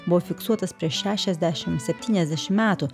buvo fiksuotas prieš šešiasdešim septyniasdešim metų